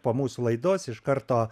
po mūsų laidos iš karto